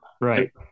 right